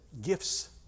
gifts